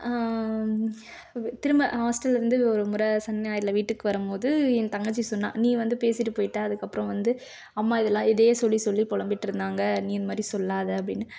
திரும்ப ஹாஸ்டல்லேருந்து ஒரு முறை சனி ஞாயிறில் வீட்டுக்கு வரும்போது என் தங்கச்சி சொன்னாள் நீ வந்து பேசிவிட்டு போய்விட்ட அதுக்கப்புறம் வந்து அம்மா இதலாம் இதே சொல்லி சொல்லி புலம்பிட்டு இருந்தாங்க நீ இது மாதிரி சொல்லாத அப்படின்னு